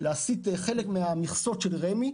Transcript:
חלק מהמכסות של רמ"י,